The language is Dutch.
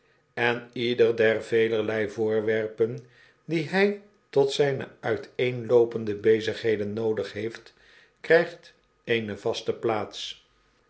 en ieder der velerlei voorwerpen die hy tot zijne uiteenloopende bezigheden noodig heeft krygt eene vaste plaats